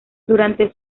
durante